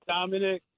Dominic